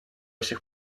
сих